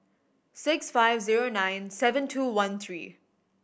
six five zero nine seven two one three